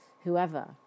whoever